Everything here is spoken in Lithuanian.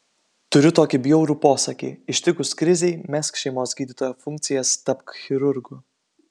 turiu tokį bjaurų posakį ištikus krizei mesk šeimos gydytojo funkcijas tapk chirurgu